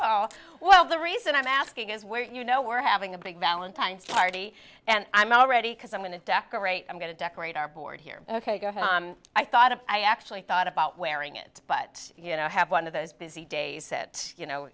it well the reason i'm asking is where you know we're having a big valentine's card and i'm already because i'm going to decorate i'm going to decorate our board here ok i thought of i actually thought about wearing it but you know i have one of those busy days set you know